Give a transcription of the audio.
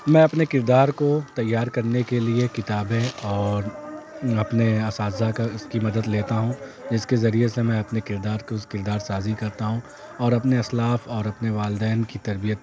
میں اپنے کردار کو تیار کرنے کے لیے کتابیں اور اپنے اساتذہ کا اس کی مدد لیتا ہوں جس کے ذریعے سے میں اپنے کردار کو اس کردار سازی کرتا ہوں اور اپنے اسلاف اور اپنے والدین کی تربیت